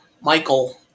Michael